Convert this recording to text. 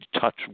touch